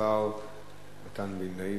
השר מתן וילנאי.